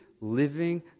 living